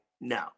No